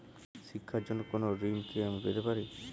শিক্ষার জন্য কোনো ঋণ কি আমি পেতে পারি?